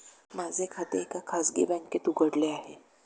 माझे खाते एका खाजगी बँकेत उघडले आहे